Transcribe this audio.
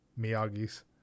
Miyagi's